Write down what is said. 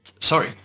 Sorry